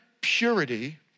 purity